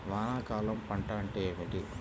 వానాకాలం పంట అంటే ఏమిటి?